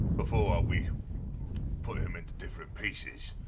before we put him into different pieces,